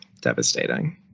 Devastating